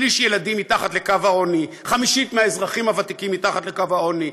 שליש מהילדים מתחת לקו העוני,